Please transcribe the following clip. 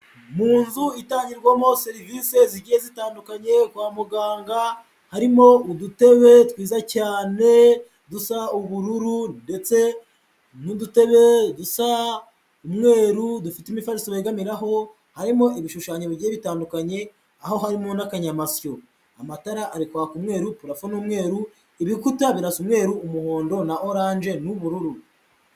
Mu nzu itangirwamo serivise zigiye zitandukanye kwa muganga, harimo udutebe twiza cyane dusa ubururu ndetse n'udutebe dusa umweru dufite imifaso begamiraho, harimo ibishushanyo bigiye bitandukanye aho harimo n'akanyamasyo amatara ari kwaka umweru parafo ni umweru ibikuta birasa umweru, umuhondo na oranje n'ubururu.